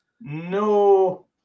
No